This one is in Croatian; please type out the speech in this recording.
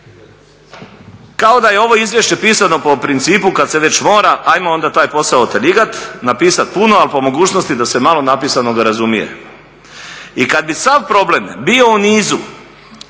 Kao da je ovo izvješće pisano po principu kad se već mora ajmo onda taj posao otaljigat, napisat puno ali po mogućnosti da se malo napisanoga razumije. I kad bi sav problem bio u nizu